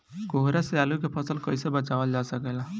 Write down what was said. कोहरा से आलू के फसल कईसे बचावल जा सकेला?